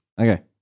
Okay